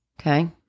okay